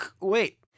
wait